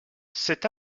cet